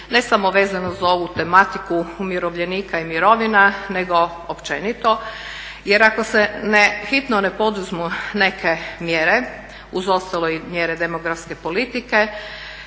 ne samo vezano za ovu tematiku umirovljenika i mirovina nego općenito. Jer ako se hitno ne poduzmu neke mjere uz ostale i mjere demografske politike,